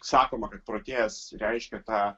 sakoma kad protėjas reiškia tą